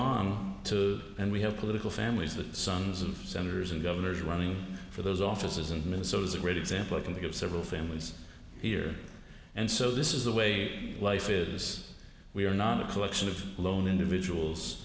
want to and we have political families with sons of senators and governors running for those offices and minnesota is a great example i can think of several families here and so this is the way life is we are not a collection of lone individuals